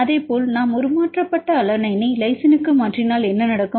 அதேபோல் நாம் உருமாற்றப்பட்ட அலனைனை லைசினுக்கு மாற்றினால் என்ன நடக்கும்